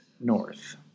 north